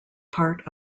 part